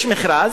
יש מכרז,